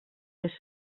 les